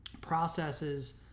processes